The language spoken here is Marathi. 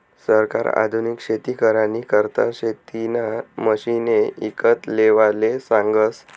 सरकार आधुनिक शेती करानी करता शेतीना मशिने ईकत लेवाले सांगस